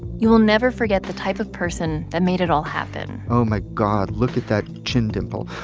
you'll never forget the type of person that made it all happen oh, my god, look at that chin dimple.